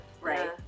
Right